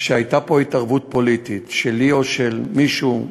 שהייתה פה התערבות פוליטית שלי או של מישהו אחר,